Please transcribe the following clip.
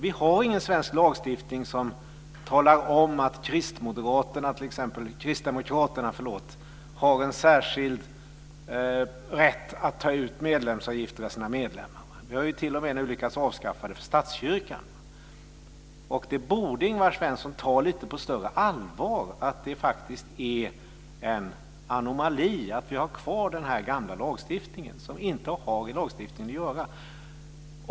Vi har ingen svensk lagstiftning som talar om att t.ex. Kristdemokraterna har en särskild rätt att ta ut medlemsavgifter av sina medlemmar. Vi har t.o.m. nu lyckats avskaffa det för statskyrkan. Det borde Ingvar Svensson ta på lite större allvar. Det är faktiskt en anomali att vi har kvar den här gamla lagstiftningen som inte har i lagstiftningen att göra.